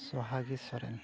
Sohagi Soren